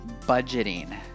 budgeting